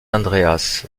andreas